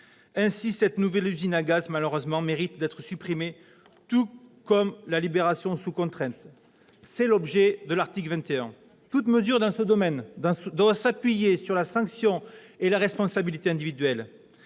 cette nouvelle usine à gaz mérite d'être supprimée, tout comme la libération sous contrainte. Tel est l'objet de l'article 21. Toute mesure dans ce domaine doit s'appuyer sur la sanction et la responsabilité individuelle.